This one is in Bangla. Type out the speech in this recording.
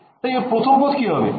তাই এর প্রথম পদ কি হবে